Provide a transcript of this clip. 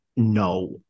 No